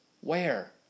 Where